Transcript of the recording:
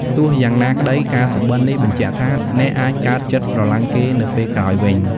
ទោះយ៉ាងណាក្តី ការសុបិន នេះបញ្ជាក់ថា អ្នកអាចកើតចិត្តស្រលាញ់គេនៅពេលក្រោយវិញ។